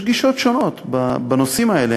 יש גישות שונות בנושאים האלה,